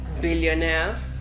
billionaire